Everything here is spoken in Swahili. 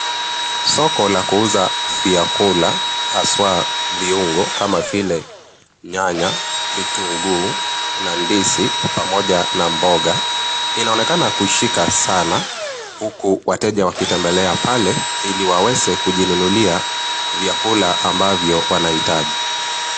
Soko la kuuza vyakula, haswa viungo kama vile nyanya, vitunguu na ndizi pamoja na mboga, inaonekana kushika sana, huku wateja wanatembelea pale ili waweze kujinunulia vyakula ambavyo wanahitaji.